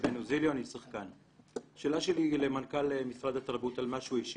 היא למנכ"ל משרד התרבות, על מה שהוא השיב.